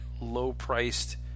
low-priced